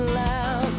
loud